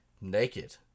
naked